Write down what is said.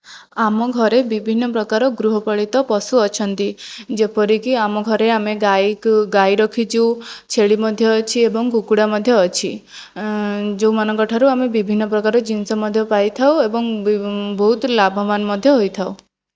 ଆମ ଘରେ ବିଭିନ୍ନ ପ୍ରକାର ଗୃହପାଳିତ ପଶୁ ଅଛନ୍ତି ଯେପରିକି ଆମ ଘରେ ଆମେ ଗାଈକୁ ଗାଈ ରଖିଛୁ ଛେଳି ମଧ୍ୟ ଅଛି ଏବଂ କୁକୁଡ଼ା ମଧ୍ୟ ଅଛି ଯେଉଁମାନଙ୍କ ଠାରୁ ଆମେ ବିଭିନ୍ନ ପ୍ରକାର ଜିନିଷ ମଧ୍ୟ ପାଇଥାଉ ଏବଂ ବହୁତ ଲାଭବାନ ମଧ୍ୟ ହୋଇଥାଉ